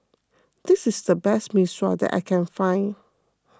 this is the best Mee Sua that I can find